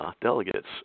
delegates